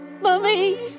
Mummy